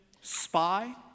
spy